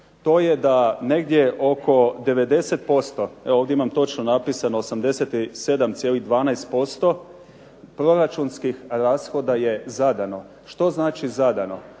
to je da negdje oko 90% evo ovdje imam točno napisano 87,12% proračunskih rashoda je zadano. Što znači zadano?